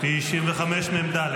-- 95לב.